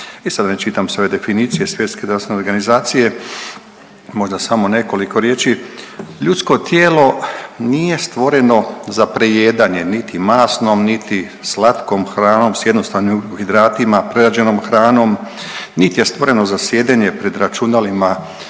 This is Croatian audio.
I sada da ne čitam sve definicije Svjetske zdravstvene organizacije, možda samo nekoliko riječi. Ljudsko tijelo nije stvoreno za prejedanje niti masnom, niti slatkom hranom s jednostavnim ugljikohidratima, prerađenom hranom, niti je stvoreno za sjedenje pred računalima